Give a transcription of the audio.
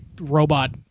robot